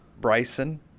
Bryson